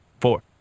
four